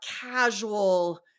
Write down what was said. casual